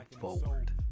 forward